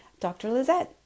drlizette